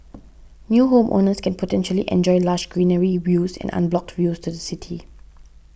new homeowners can potentially enjoy lush greenery views and unblocked views to the city